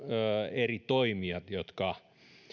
eri toimijat jotka